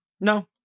No